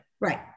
Right